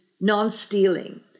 non-stealing